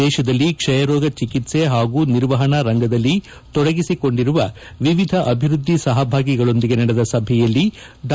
ದೇಶದಲ್ಲಿ ಕ್ಷೆಯರೋಗ ಚಿಕಿತ್ತೆ ಹಾಗೂ ನಿರ್ವಹಣಾ ರಂಗದಲ್ಲಿ ತೊಡಗಿಸಿಕೊಂಡಿರುವ ವಿವಿಧ ಅಭಿವೃದ್ದಿ ಸಹಭಾಗಿಗಳೊಂದಿಗೆ ನಡೆದ ಸಭೆಯಲ್ಲಿ ಡಾ